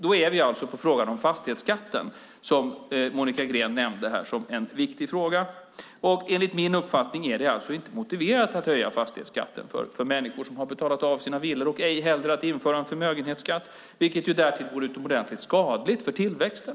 Vi är alltså på frågan om fastighetsskatten som Monica Green nämnde som en viktig fråga. Enligt min uppfattning är det alltså inte motiverat att höja fastighetsskatten för människor som betalat av sina villor och inte heller att införa en förmögenhetsskatt, vilket därtill vore utomordentligt skadligt för tillväxten.